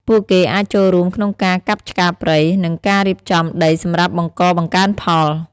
ពួកគេអាចចូលរួមក្នុងការកាប់ឆ្ការព្រៃ និងការរៀបចំដីសម្រាប់បង្កបង្កើនផល។